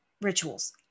rituals